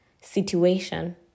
situation